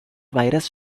virus